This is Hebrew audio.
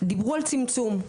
דיברו על צמצום.